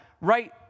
right